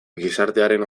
gizartearen